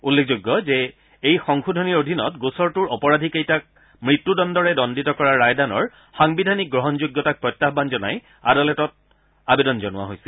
উল্লেখযোগ্য যে এই সংশোধনীৰ অধীনত গোচৰটোৰ অপৰাধীকেইটাক মৃত্যু দণ্ডৰে দণ্ডিত কৰা ৰায়দানৰ সাংবিধানিক গ্ৰহণযোগ্যতাক প্ৰত্যাহান জনাই আদালতত আবেদন জনোৱা হৈছিল